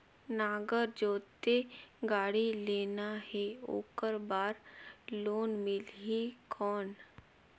नागर जोते गाड़ी लेना हे ओकर बार लोन मिलही कौन?